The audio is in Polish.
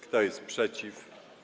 Kto jest przeciw?